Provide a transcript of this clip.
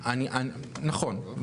נכון,